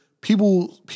people